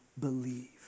believe